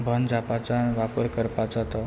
बंद जावपाचो आनी वापर करपाचो तो